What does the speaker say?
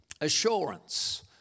Assurance